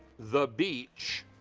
the beach,